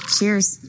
Cheers